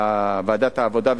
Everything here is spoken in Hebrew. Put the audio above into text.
לוועדת העבודה,